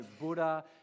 Buddha